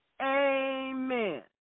Amen